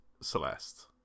Celeste